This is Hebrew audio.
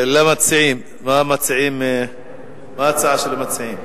מה ההצעה של המציעים?